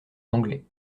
anglet